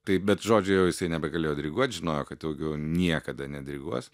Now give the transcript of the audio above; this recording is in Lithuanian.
tai bet žodžiu jisai nebegalėjo diriguot žinojo kad daugiau niekada nediriguos